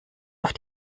auf